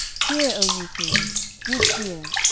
hear, o ye kings give ear,